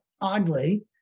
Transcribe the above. oddly